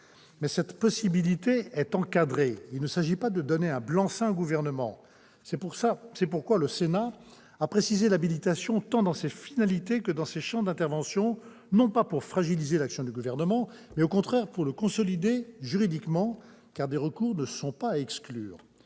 mais cette possibilité est encadrée : il ne s'agit pas de donner un blanc-seing au Gouvernement. C'est pourquoi le Sénat a précisé l'habilitation, tant dans ses finalités que dans ses champs d'intervention, non pas pour fragiliser l'action du Gouvernement, mais, au contraire, pour la consolider juridiquement, car des recours ne sont pas à exclure.